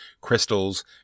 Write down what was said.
crystals